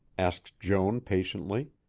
asked joan patiently.